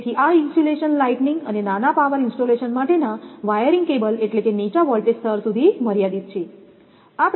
તેથી આ insulation lighting અને નાના પાવર ઇન્સ્ટોલેશન માટેના વાયરિંગ કેબલ એટલે કે નીચા વોલ્ટેજ સ્તર સુધી મર્યાદિત છે